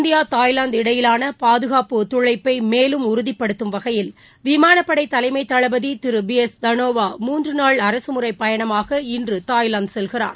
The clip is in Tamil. இந்தியா தாய்வாந்து இடையிலாள பாதுகாப்பு ஒத்துழைப்பை மேலும் உறுதிப்படுத்தும் வகையில் விமானப்படை தலைமை தளபதி திரு பி எஸ் தனோவா மூன்று நாள் அரசுமுறை பயணமாக இன்று தாய்லாந்து செல்கிறார்